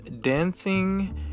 dancing